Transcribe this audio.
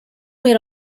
made